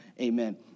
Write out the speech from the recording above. Amen